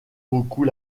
beaucoup